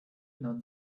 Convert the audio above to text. known